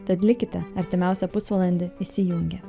tad likite artimiausią pusvalandį įsijungę